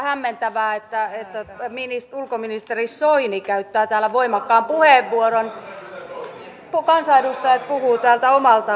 ihan hämmentävää että ulkoministeri soini käyttää täällä voimakkaan puheenvuoron kansanedustajat puhuvat täältä omalta paikaltaan